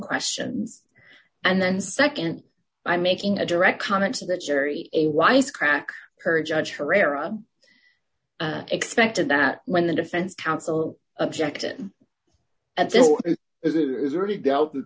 questions and then nd by making a direct comment to the jury a wise crack heard judge herrera i expected that when the defense counsel objected